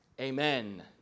Amen